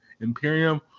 Imperium